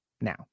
now